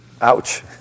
ouch